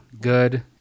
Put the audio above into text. good